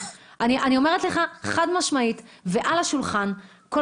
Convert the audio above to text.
אני אומרת לך חד משמעית ועל השולחן - כל